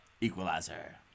Equalizer